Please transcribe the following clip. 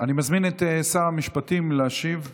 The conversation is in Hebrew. אני מזמין את שר המשפטים להשיב.